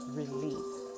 release